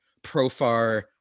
Profar